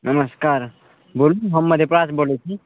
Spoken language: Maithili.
नमस्कार बोलू हम मधेपुरा से बोलै छी